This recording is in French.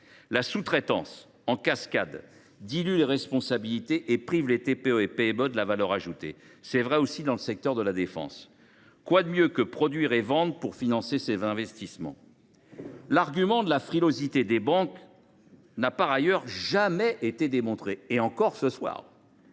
La sous traitance en cascade dilue les responsabilités et prive les TPE PME de la valeur ajoutée ; c’est également vrai dans le secteur de la défense. Quoi de mieux que de produire et de vendre pour financer ses investissements ? L’argument de la frilosité des banques n’a par ailleurs jamais été démontré. Il ne l’a